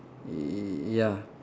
y~ ya